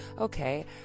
Okay